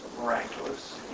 miraculous